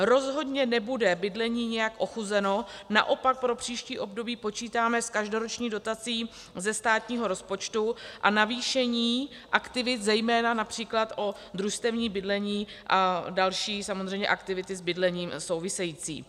Rozhodně nebude bydlení nijak ochuzeno, naopak pro příští období počítáme s každoroční dotací ze státního rozpočtu a navýšením aktivit zejména např. o družstevní bydlení a další samozřejmě aktivity s bydlením související.